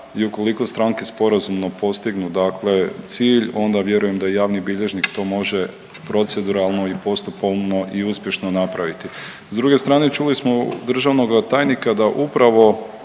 I ukoliko stranke sporazumno postignu dakle cilj onda vjerujem da i javni bilježnik to može proceduralno i postupovno i uspješno napraviti. S druge strane čuli smo državnoga tajnika da upravo